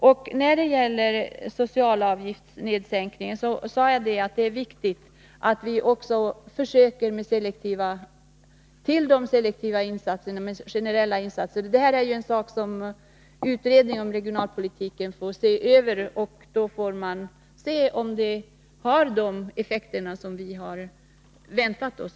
Då det gäller sänkningen av socialavgifterna sade jag att det är viktigt att vi också försöker med generella insatser utöver de selektiva. Det här är en sak som utredningen om regionalpolitiken får se över. Då får man veta om dessa insatser har den effekt som vi har väntat oss.